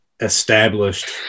established